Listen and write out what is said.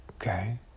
okay